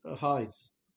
hides